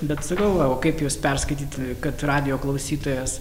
bet sakau va o kaip juos perskaityt kad radijo klausytojas